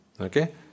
Okay